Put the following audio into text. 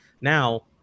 now